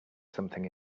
something